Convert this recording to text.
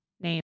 name